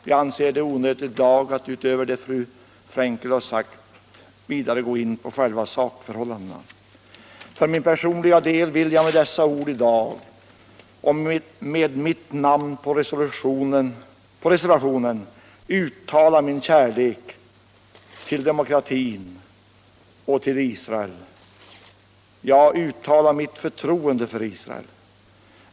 Jag anser det onödigt att i dag, utöver det fru Frenkel har sagt, gå in på själva sakförhållandena. För min personliga del vill jag med dessa ord i dag och med mitt namn under reservationen uttala min kärlek till demokratin och till Israel, 50 ja, uttala mitt förtroende för Israel.